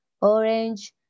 orange